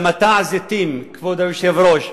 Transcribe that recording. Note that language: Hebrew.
למטע זיתים, כבוד היושב-ראש,